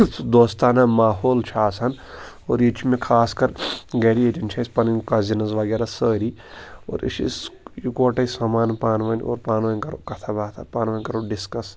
دوستان ماحول چھُ آسان اور ییٚتہِ چھِ مےٚ خاص کَر گَرِ ییٚتٮ۪ن چھِ اَسہِ پَنٕنۍ کَزِنٕز وغیرہ سٲری اور أسۍ چھِ أسۍ یِکوَٹَے سَمان پانہٕ وٲنۍ اور پانہٕ وٲنۍ کَرو کَتھا باتھا پانہٕ وٲنۍ کَرو ڈِسکَس